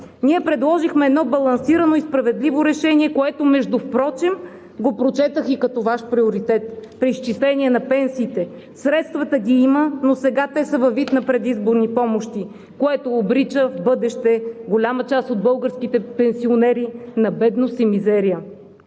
Предложихме едно балансирано и справедливо решение, което между другото го прочетох и като Ваш приоритет – преизчисление на пенсиите. Средствата ги има, но сега са във вид на предизборни помощи, което обрича голяма част от българските пенсионери на бедност и мизерия